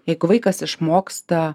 jeigu vaikas išmoksta